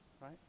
right